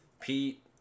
Pete